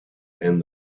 and